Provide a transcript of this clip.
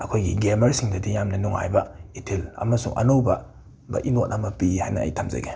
ꯑꯩꯈꯣꯏꯒꯤ ꯒꯦꯃꯔꯁꯤꯡꯗꯗꯤ ꯌꯥꯝꯅ ꯅꯨꯡꯉꯥꯏꯕ ꯏꯊꯤꯜ ꯑꯃꯁꯨꯡ ꯑꯅꯧꯕ ꯏꯅꯣꯠ ꯑꯃ ꯄꯤ ꯍꯥꯏꯅ ꯑꯩ ꯊꯝꯖꯒꯦ